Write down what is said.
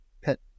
pet